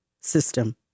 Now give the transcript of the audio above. system